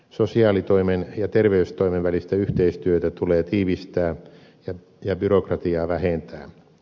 sosiaalitoimen ja terveystoimen välistä yhteistyötä tulee tiivistää ja byrokratiaa vähentää